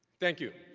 thank you.